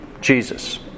Jesus